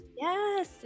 Yes